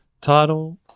title